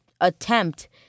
attempt